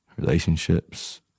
relationships